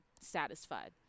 satisfied